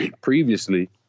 previously